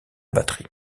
batterie